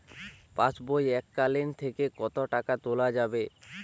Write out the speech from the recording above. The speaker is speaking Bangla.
পাশবই এককালীন থেকে কত টাকা তোলা যাবে?